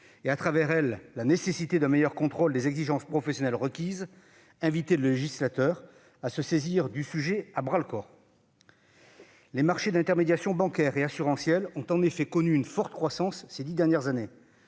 et, à travers elle, la nécessité d'un meilleur contrôle des exigences professionnelles requises invitaient le législateur à se saisir du sujet à bras-le-corps. Les marchés d'intermédiation bancaire et assurantielle ont en effet connu une forte croissance ces dix dernières années.